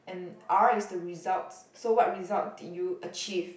and R is the results so what result did you achieve